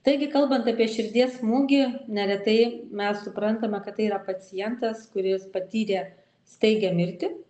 taigi kalbant apie širdies smūgį neretai mes suprantame kad tai yra pacientas kuris patyrė staigią mirtį